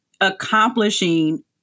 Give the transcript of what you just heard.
accomplishing